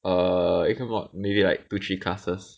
err 一个 mod maybe like two three classes